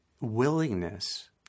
willingness